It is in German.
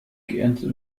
geerntet